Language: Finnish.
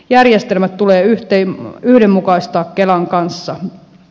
järjestelmät tulee yhdenmukaistaa kelan kanssa